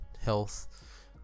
health